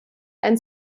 einen